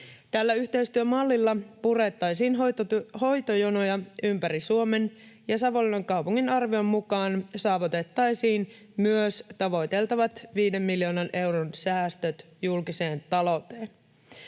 Tällä yhteistyömallilla purettaisiin hoitojonoja ympäri Suomen ja Savonlinnan kaupungin arvion mukaan saavutettaisiin myös tavoiteltavat viiden miljoonan euron säästöt julkiseen talouteen.